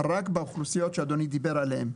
רק באוכלוסיות שאדוני דיבר עליהן,